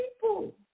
people